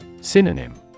Synonym